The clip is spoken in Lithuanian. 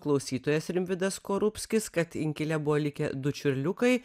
klausytojas rimvydas skorupskis kad inkile buvo likę du čiurliukai